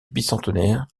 bicentenaire